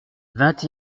vingt